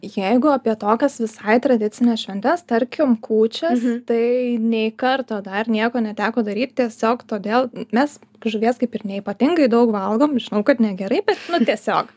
jeigu apie tokias visai tradicines šventes tarkim kūčias tai nei karto dar nieko neteko daryt tiesiog todėl mes žuvies kaip ir neypatingai daug valgom žinau kad negerai bet nu tiesiog